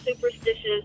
superstitious